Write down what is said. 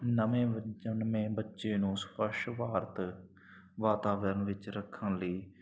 ਨਵੇਂ ਬੱ ਜਨਮੇ ਬੱਚੇ ਨੂੰ ਸਵੱਛ ਭਾਰਤ ਵਾਤਾਵਰਨ ਵਿੱਚ ਰੱਖਣ ਲਈ